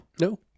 no